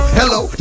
hello